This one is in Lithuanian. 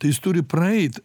tai jis turi praeit